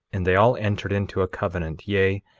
and they all entered into a covenant, yea,